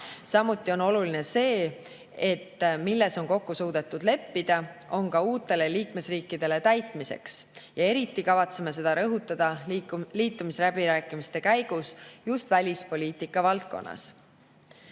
Samuti on oluline, et see, milles on kokku suudetud leppida, on ka uutele liikmesriikidele täitmiseks. Eriti kavatseme seda rõhutada liitumisläbirääkimiste käigus just välispoliitika valdkonnas.